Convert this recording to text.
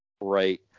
Right